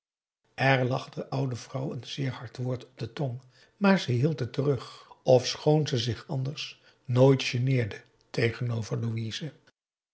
de oude vrouw een zeer hard woord op de tong maar ze hield het terug ofschoon ze zich anders nooit geneerde tegenover louise